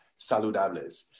saludables